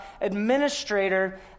administrator